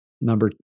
number